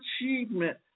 achievement